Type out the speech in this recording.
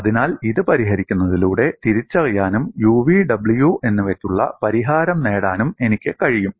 അതിനാൽ ഇത് പരിഹരിക്കുന്നതിലൂടെ തിരിച്ചറിയാനും u v w എന്നിവയ്ക്കുള്ള പരിഹാരം നേടാനും എനിക്ക് കഴിയും